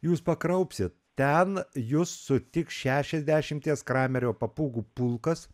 jūs pakraupsit ten jus sutiks šešiasdešimties kramerio papūgų pulkas